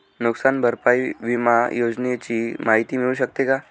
नुकसान भरपाई विमा योजनेची माहिती मिळू शकते का?